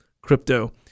crypto